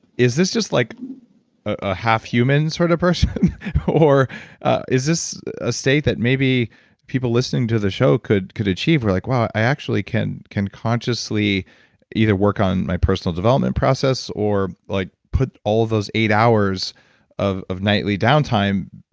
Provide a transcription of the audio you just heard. is this just like a half-human sort of person or is this a state that maybe people listening to the show could could achieve or like, wow, i actually can can consciously either work on my personal development process, or like, put all those eight hours of of nightly downtime.